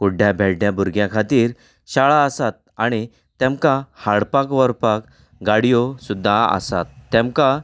कुड्ड्या भेड्ड्या भुरग्यां खातीर शाळा आसात आनी तेमकां हाडपाक व्हरपाक गाडयो सुद्दा आसात तेमकां